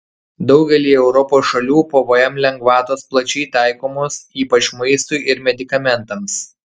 daugelyje europos šalių pvm lengvatos plačiai taikomos ypač maistui ir medikamentams